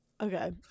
okay